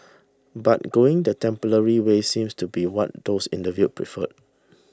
but going the temporary way seems to be what those interviewed prefer